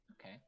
Okay